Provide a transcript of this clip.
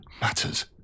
matters